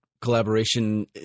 collaboration